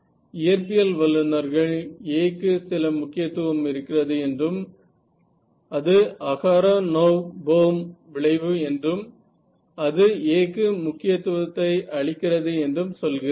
இயற்பியல் வல்லுநர்கள் A க்கு சில முக்கியத்துவம் இருக்கிறது என்றும் அது அஹாரோனொவ் போஹ்ம் விளைவு என்றும் அது A க்கு முக்கியத்துவத்தை அளிக்கிறது என்றும் சொல்கிறார்கள்